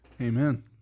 Amen